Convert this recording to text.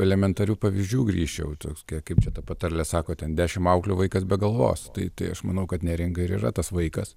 elementarių pavyzdžių grįžčiau to tokia kaip čia ta patarlė sako ten dešimt auklių vaikas be galvos tai tai aš manau kad neringa ir yra tas vaikas